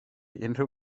unrhyw